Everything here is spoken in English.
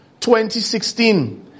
2016